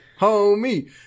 Homie